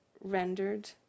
rendered